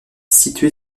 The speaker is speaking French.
situé